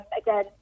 again